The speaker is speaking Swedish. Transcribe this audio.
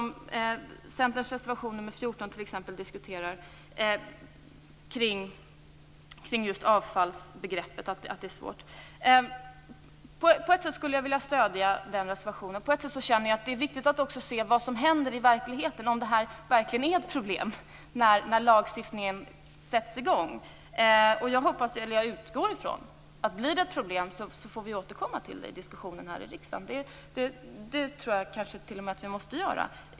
I Centerns reservation nr 14 för man en diskussion kring just avfallsbegreppet. På ett sätt skulle jag vilja stödja den reservationen, men på ett sätt känner jag att det är viktigt att också se vad som händer i verkligheten, om det här verkligen blir ett problem när lagstiftningen träder i kraft. Jag utgår från att vi här i riksdagen återkommer till frågan om det visar sig bli ett problem. Det tror jag t.o.m. att vi måste göra.